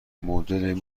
مدل